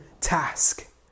task